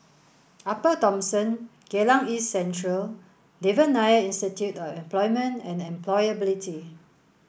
Upper Thomson Geylang East Central and Devan Nair Institute of Employment and Employability